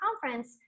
conference